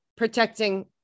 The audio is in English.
Protecting